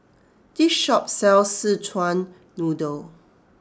this shop sells Szechuan Noodle